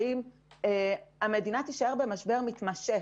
המדינה תישאר במשבר מתמשך.